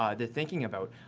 um they're thinking about.